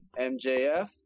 MJF